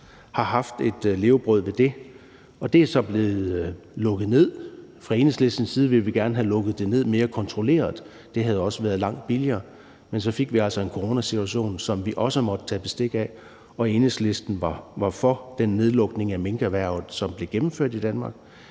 har haft et levebrød ved det, men det er så blevet lukket ned, og fra Enhedslistens side ville vi gerne have lukket det ned mere kontrolleret – det havde også været langt billigere. Men vi fik altså en coronasituation, som vi også har måttet tage bestik af, og Enhedslisten var for den nedlukning af minkerhvervet, som blev gennemført i Danmark,